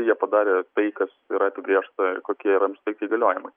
jie padarė tai kas yra apibrėžta ir kokie yra jiem suteikti įgaliojimai